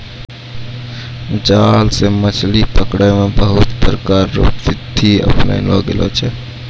जाल से मछली पकड़ै मे बहुत प्रकार रो बिधि अपनैलो गेलो छै